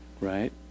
Right